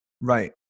Right